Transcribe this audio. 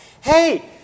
Hey